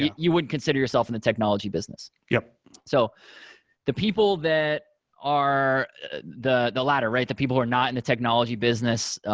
you wouldn't consider yourself in the technology business. yeah so the people that are the the latter, right? the people who are not in the technology business,